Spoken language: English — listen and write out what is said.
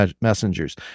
messengers